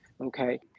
okay